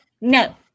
no